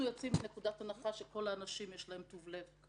הוא יבקש תגובה מהחייב.